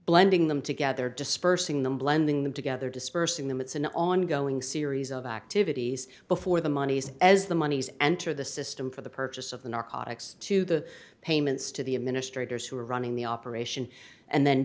blending them together dispersing them blending them together dispersing them it's an ongoing series of activities before the monies as the monies enter the system for the purchase of the narcotics to the payments to the administrators who are running the operation and then